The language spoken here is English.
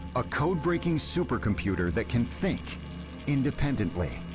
a code-breaking supercomputer that can think independently.